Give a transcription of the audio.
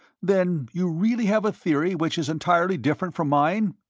then you really have a theory which is entirely different from mine?